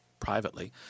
privately